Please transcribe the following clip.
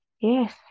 Yes